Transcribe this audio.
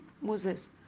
Moses